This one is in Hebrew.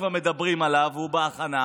כבר מדברים עליו והוא בהכנה,